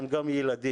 הם גם ילדים.